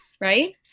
Right